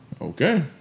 Okay